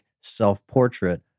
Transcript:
self-portrait